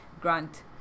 grant